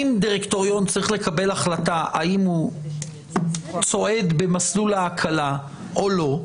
אם דירקטוריון צריך לקבל החלטה האם הוא צועד במסלול ההקלה או לא,